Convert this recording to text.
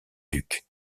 duc